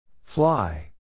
Fly